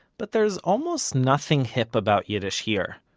but there's almost nothing hip about yiddish here.